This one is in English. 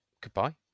Goodbye